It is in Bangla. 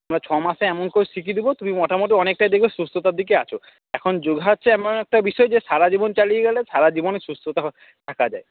ছয় মাসে এমন করে শিখিয়ে দেব তুমি মোটামুটি অনেকটাই দেখবে সুস্থতার দিকে আছ এখন যোগা হচ্ছে এমন একটা বিষয় যে সারাজীবন চালিয়ে গেলে সারাজীবনই সুস্থ তো থাকা যায়